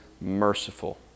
merciful